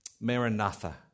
Maranatha